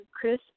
Chris